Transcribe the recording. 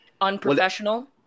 unprofessional